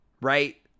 right